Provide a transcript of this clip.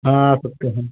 हाँ सबके हैं